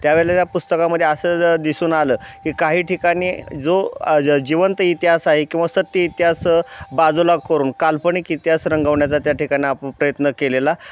त्यावेळेला त्या पुस्तकामध्ये असं दिसून आलं की काही ठिकाणी जो जिवंत इतिहास आहे किंवा सत्य इतिहास बाजूला करून काल्पनिक इतिहास रंगवण्या्चा त्या ठिकाणी आपण प्रयत्न केलेला